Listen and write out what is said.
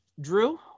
Drew